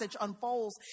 unfolds